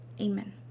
Amen